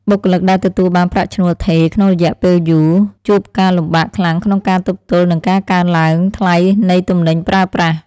បុគ្គលិកដែលទទួលបានប្រាក់ឈ្នួលថេរក្នុងរយៈពេលយូរជួបការលំបាកខ្លាំងក្នុងការទប់ទល់នឹងការឡើងថ្លៃនៃទំនិញប្រើប្រាស់។